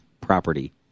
property